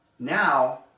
Now